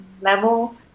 level